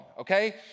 Okay